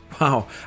Wow